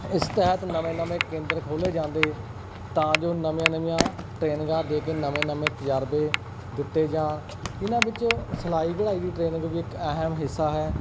ਉਸਤਾਦ ਨਵੇਂ ਨਵੇਂ ਕੇਂਦਰ ਖੋਲੇ ਜਾਂਦੇ ਤਾਂ ਜੋ ਨਵੀਆਂ ਨਵੀਆਂ ਟ੍ਰੇਨਿੰਗਾਂ ਦੇ ਕੇ ਨਵੇਂ ਨਵੇਂ ਤਜਰਬੇ ਦਿੱਤੇ ਜਾਣ ਇਹਨਾਂ ਵਿੱਚ ਸਲਾਈ ਕਢਾਈ ਦੀ ਟ੍ਰੇਨਿੰਗ ਵੀ ਇੱਕ ਅਹਿਮ ਹਿੱਸਾ ਹੈ